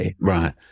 Right